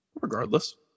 Regardless